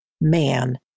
man